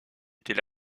était